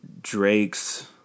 Drake's